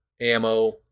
ammo